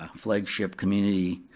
ah flagship community,